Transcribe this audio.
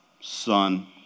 son